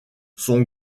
son